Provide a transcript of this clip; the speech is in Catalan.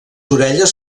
orelles